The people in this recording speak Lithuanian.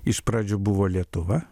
iš pradžių buvo lietuva